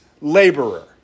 laborer